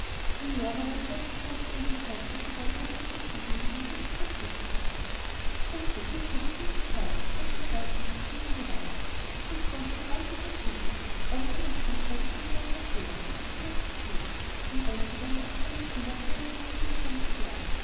dem lehrer war es selbst nicht so ganz unbekannt daß die geige am sichersten ging wenn rico fest mitsang rico rico was muß ich hören sagte er ernsthaft zu diesem gewandt du bist sonst ein ordentliches büblein aber unachtsamkeit ist ein großer fehler das hast du jetzt gesehen ein einziger unachtsamer schüler kann einen ganzen gesang verderben